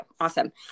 Awesome